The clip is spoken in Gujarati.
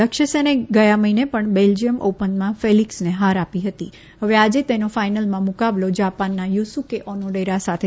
લક્ષ્યસેને ગથા મહિને પણ બેલ્જિયન ઓપનમાં ફેલિક્સને હાર આપી હતી હવે આજે તેનો ફાઇનલમાં મુકાબલો જાપાનના યુસુકે ઓનોડેરા સાથે થશે